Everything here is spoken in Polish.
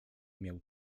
miał